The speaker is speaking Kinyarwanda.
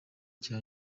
cya